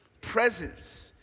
Presence